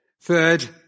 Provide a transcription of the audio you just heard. Third